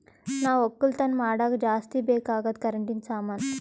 ನಾವ್ ಒಕ್ಕಲತನ್ ಮಾಡಾಗ ಜಾಸ್ತಿ ಬೇಕ್ ಅಗಾದ್ ಕರೆಂಟಿನ ಸಾಮಾನು